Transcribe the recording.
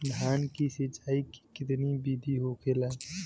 धान की सिंचाई की कितना बिदी होखेला?